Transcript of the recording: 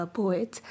poet